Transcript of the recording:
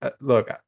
look